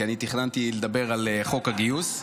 כי אני תכננתי לדבר על חוק הגיוס,